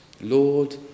Lord